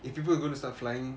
if people are gonna start flying